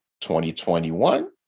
2021